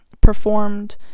performed